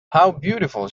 beautiful